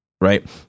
right